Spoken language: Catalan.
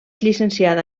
llicenciada